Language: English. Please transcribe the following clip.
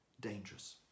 dangerous